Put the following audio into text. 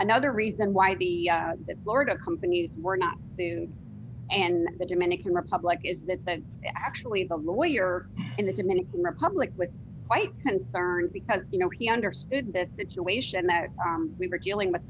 another reason why the florida companies were not to and the dominican republic is that actually the lawyer in the dominican republic was quite concerned because you know he understood that situation that we were dealing